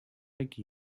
like